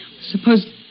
Suppose